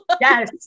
Yes